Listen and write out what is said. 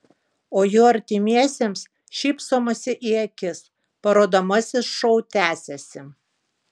o jų artimiesiems šypsomasi į akis parodomasis šou tęsiasi